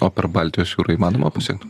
o per baltijos jūrą įmanoma pasiekt